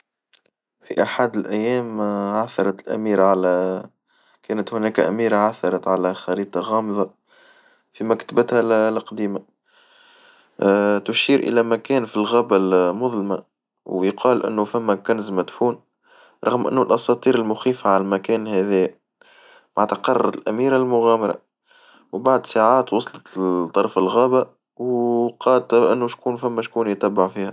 في أحد الأيام عثرت أميرة على كانت هناك أميرة عثرت على خريطة غامضة في مكتبتها القديمة تشير إلى مكان في الغابة المظلمة ويقال إنو فما كنز مدفون رغم إنو الأساطير المخيفة عالمكان هذا معنتها تقرر الأميرة المغامرة وبعد ساعات وصلت لطرف الغابة وقات إنه تكون فما شكون يتبع فيها.